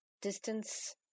distance